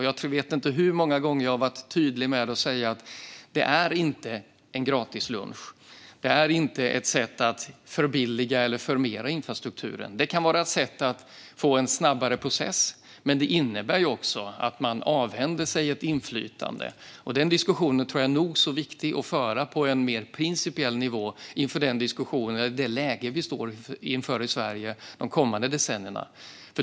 Jag vet inte hur många gånger jag varit tydlig med att det inte är en gratislunch. Det är inte ett sätt att förbilliga eller förmera infrastrukturen. Det kan vara ett sätt att få en snabbare process, men det innebär också att man avhänder sig inflytande. Den diskussionen tror jag är nog så viktig att föra på en mer principiell nivå i det läge vi står inför i Sverige de kommande decennierna.